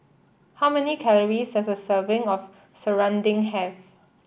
how many calories does a serving of Serunding have